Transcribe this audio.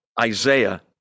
Isaiah